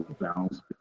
Balance